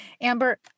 Amber